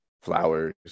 flowers